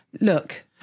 Look